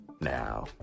now